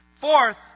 Fourth